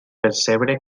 percebre